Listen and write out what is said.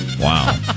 Wow